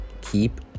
keep